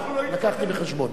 אנחנו לא, הבאתי בחשבון.